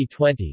2020